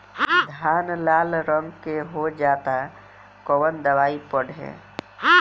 धान लाल रंग के हो जाता कवन दवाई पढ़े?